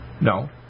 No